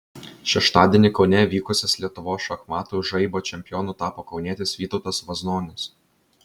šeštadienį kaune vykusias lietuvos šachmatų žaibo čempionu tapo kaunietis vytautas vaznonis